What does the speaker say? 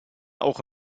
auch